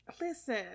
listen